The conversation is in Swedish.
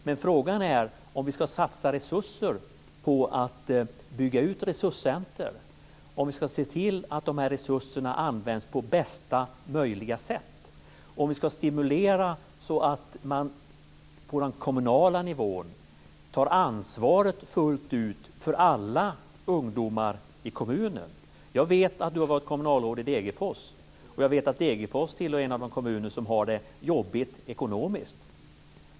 Men frågan är om vi ska satsa resurser på att bygga ut resurscenter och se till att de används på bästa möjliga sätt samt stimulera så att man på den kommunala nivån tar ansvar fullt ut för alla ungdomar i kommunen. Jag vet att Peter Pedersen har varit kommunalråd i Degerfors, och det är en av de kommuner som har det jobbigt ekonomiskt.